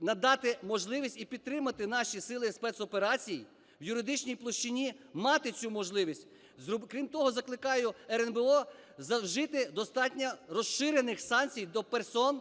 надати можливість і підтримати наші сили спецоперацій в юридичній площині мати цю можливість. Крім того, закликаю РНБО вжити достатньо розширених санкцій до персон